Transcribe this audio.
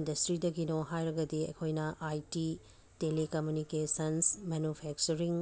ꯏꯟꯗꯁꯇ꯭ꯔꯤꯗꯒꯤꯅꯣ ꯍꯥꯏꯔꯒꯗꯤ ꯑꯩꯈꯣꯏꯅ I T telecommunications manufacturing